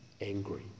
angry